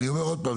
אני אומר עוד פעם,